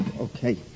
Okay